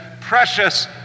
precious